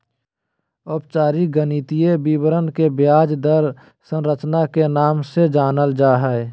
औपचारिक गणितीय विवरण के ब्याज दर संरचना के नाम से जानल जा हय